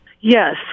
Yes